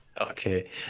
Okay